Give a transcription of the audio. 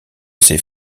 ces